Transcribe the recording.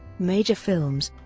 major films